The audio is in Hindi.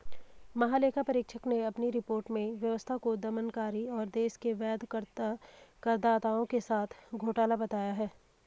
महालेखा परीक्षक ने अपनी रिपोर्ट में व्यवस्था को दमनकारी और देश के वैध करदाताओं के साथ घोटाला बताया है